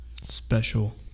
Special